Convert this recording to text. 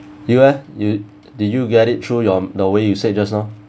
you eh you did you get it through your the way you said just now